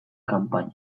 kanpaina